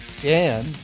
Dan